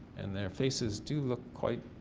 and their faces do look quite